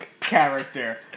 character